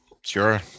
Sure